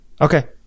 Okay